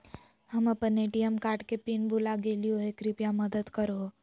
हम अप्पन ATM card के पिन भुला गेलिओ हे कृपया मदद कर हो